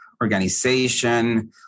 organization